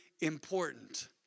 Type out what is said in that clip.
important